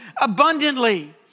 abundantly